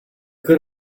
could